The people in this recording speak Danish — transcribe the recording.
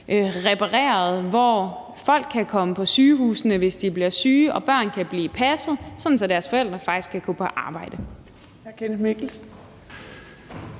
repareret, hvor folk kan komme på sygehusene, hvis de bliver syge, og hvor børn kan blive passet, så deres forældre faktisk kan gå på arbejde.